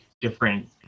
different